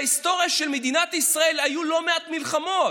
בהיסטוריה של מדינת ישראל היו לא מעט מלחמות.